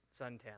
suntan